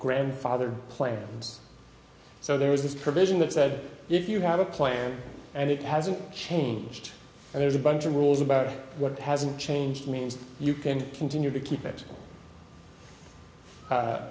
grandfathered plans so there was this provision that said if you have a plan and it hasn't changed and there's a bunch of rules about what hasn't changed means you can continue to keep it